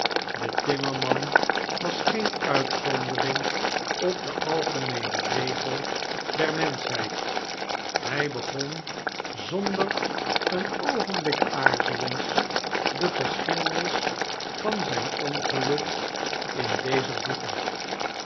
de timmerman was geen uitzondering op den algemeenen regel der menschheid hij begon zonder een oogenblik aarzelens de geschiedenis van zijn ongeluk in dezer voege